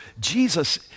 Jesus